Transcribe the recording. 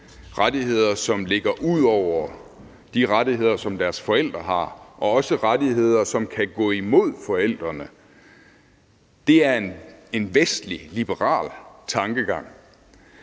rettigheder, som ligger ud over de rettigheder, som deres forældre har, og også rettigheder, som kan gå imod forældrene, er en vestlig liberal tankegang,